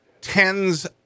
tens